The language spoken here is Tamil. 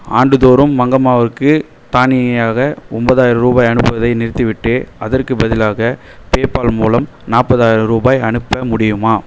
ஆண்டுதோறும் மங்கம்மாவிற்கு தானியியாக ஒன்பதாயிரம் ரூபாய் அனுப்புவதை நிறுத்திவிட்டு அதற்குப் பதிலாக பேபால் மூலம் நாற்பதாயிரம் ரூபாய் அனுப்ப முடியுமா